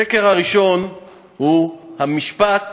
השקר הראשון הוא המשפט